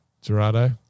Gerardo